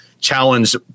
challenge